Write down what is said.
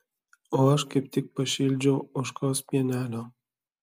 o aš kaip tik pašildžiau ožkos pienelio